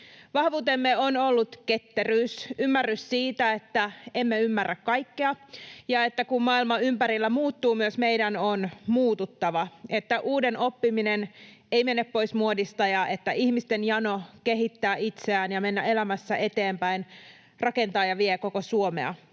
Vahvuutemme on ollut ketteryys, ymmärrys siitä, että emme ymmärrä kaikkea, ja että kun maailma ympärillä muuttuu, myös meidän on muututtava, että uuden oppiminen ei mene pois muodista ja että ihmisten jano kehittää itseään ja mennä elämässä eteenpäin rakentaa ja vie koko Suomea